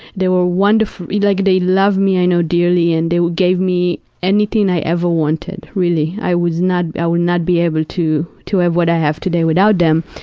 they were wonderf, like they love me, i know, dearly, and they gave me anything i ever wanted, really. i was not, i will not be able to to have what i have today without them.